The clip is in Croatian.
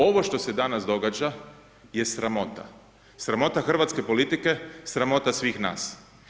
Ovo što se danas događa je sramota, sramota hrvatske politike, sramota svih nas.